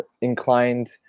inclined